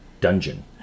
dungeon